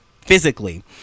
physically